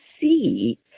see